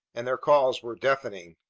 and their calls were deafening.